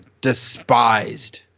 despised